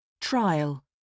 Trial